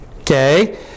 Okay